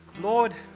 Lord